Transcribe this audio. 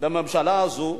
בממשלה הזאת.